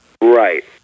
Right